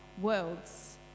worlds